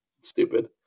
stupid